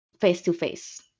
face-to-face